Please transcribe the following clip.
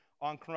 on